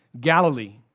Galilee